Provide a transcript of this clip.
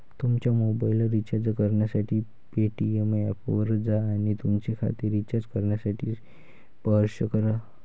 तुमचा mobile recharge करण्यासाठी Paytm ऐपवर जा आणि तुमचे खाते रिचार्ज करण्यासाठी स्पर्श करा